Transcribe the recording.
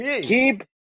Keep